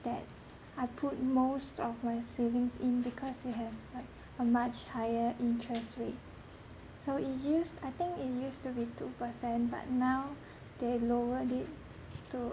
that I put most of my savings in because it has like a much higher interest rate so it yields I think it used to be two percent but now they lowered it to